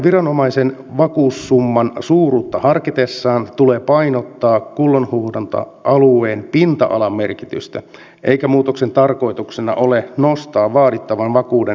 viranomaisen tulee vakuussumman suuruutta harkitessaan painottaa kullanhuuhdonta alueen pinta alan merkitystä eikä muutoksen tarkoituksena ole nostaa vaadittavan vakuuden kokonaissummaa